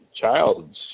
child's